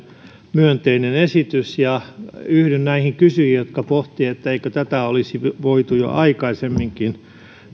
myönteinen esitys ja yhdyn näihin kysyjiin jotka pohtivat eikö tätä olisi voitu jo aikaisemminkin